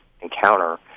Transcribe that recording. encounter